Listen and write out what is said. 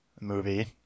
movie